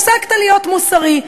הפסקת להיות מוסרי,